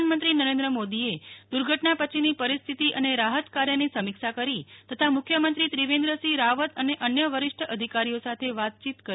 પ્રધાનમંત્રી નરેન્દ્ર મોદીએ આજે દુર્ધટના પછીની પરિસ્થિતી અને રાહત કાર્યની સમીક્ષા કરી તથા મુખ્યમંત્રી ત્રિવેન્દ્ર સિંહ રાવત અને અન્ય વરિષ્ઠ અધિકારીઓ સાથે વાતયીત કરી